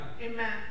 Amen